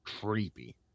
creepy